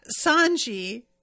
Sanji